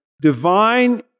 Divine